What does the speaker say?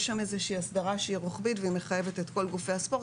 יש שם הסדרה רוחבית שמחייבת את כל גופי הספורט.